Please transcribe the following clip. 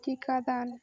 টিকা দান